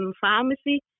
pharmacy